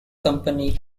company